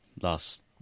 last